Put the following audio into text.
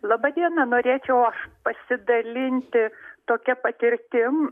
laba diena norėčiau pasidalinti tokia patirtim